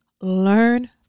learn